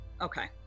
Okay